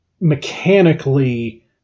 Mechanically